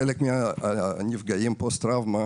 חלק מנפגעי פוסט טראומה